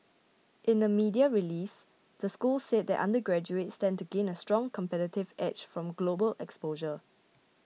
in a media release the school said that undergraduates stand to gain a strong competitive edge from global exposure